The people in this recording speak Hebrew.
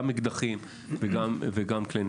גם אקדחים וגם כלי נשק.